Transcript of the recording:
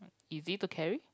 easy to carry